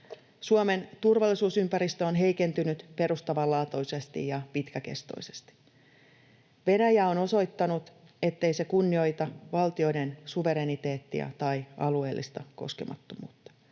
Suomen turvallisuusympäristö on heikentynyt perustavanlaatuisesti ja pitkäkestoisesti. Venäjä on osoittanut, ettei se kunnioita valtioiden suvereniteettia tai alueellista koskemattomuutta.